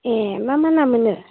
ए मा मा ना मोनो